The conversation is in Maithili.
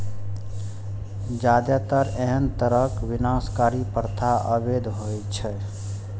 जादेतर एहन तरहक विनाशकारी प्रथा अवैध होइ छै